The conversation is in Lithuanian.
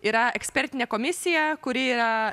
yra ekspertinė komisija kuri yra